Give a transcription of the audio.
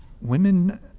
Women